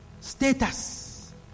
Status